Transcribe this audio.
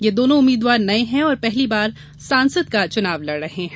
ये दोनों उम्मीदवार नये हैं और पहली बार सांसद का चुनाव लड़ रहे हैं